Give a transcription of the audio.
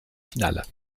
finale